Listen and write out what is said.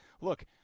Look